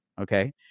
okay